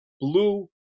blue